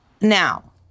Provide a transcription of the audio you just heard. Now